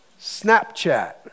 Snapchat